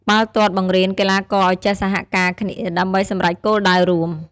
បាល់ទាត់បង្រៀនកីឡាករឲ្យចេះសហការគ្នាដើម្បីសម្រេចគោលដៅរួម។